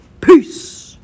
Peace